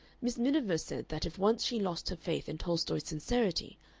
miss miniver said that if once she lost her faith in tolstoy's sincerity,